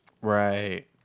Right